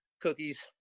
Cookies